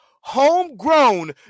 homegrown